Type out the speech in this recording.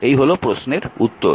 এই হল এই প্রশ্নের উত্তর